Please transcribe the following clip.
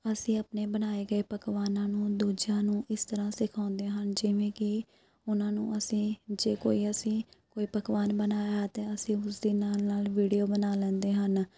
ਅਸੀਂ ਆਪਣੇ ਬਣਾਏ ਗਏ ਪਕਵਾਨਾਂ ਨੂੰ ਦੂਜਿਆਂ ਨੂੰ ਇਸ ਤਰ੍ਹਾਂ ਸਿਖਾਉਂਦੇ ਹਨ ਜਿਵੇਂ ਕਿ ਉਹਨਾਂ ਨੂੰ ਅਸੀਂ ਜੇ ਕੋਈ ਅਸੀਂ ਕੋਈ ਪਕਵਾਨ ਬਣਾਇਆ ਅਤੇ ਅਸੀਂ ਉਸ ਦੇ ਨਾਲ ਨਾਲ ਵੀਡੀਓ ਬਣਾ ਲੈਂਦੇ ਹਨ